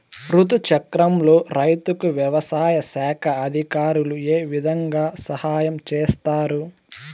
రుతు చక్రంలో రైతుకు వ్యవసాయ శాఖ అధికారులు ఏ విధంగా సహాయం చేస్తారు?